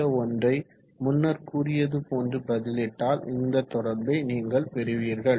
இந்த ஒன்றை முன்னர் கூறியது போன்று பதிலிட்டால் இந்த தொடர்பை நீங்கள் பெறுவீர்கள்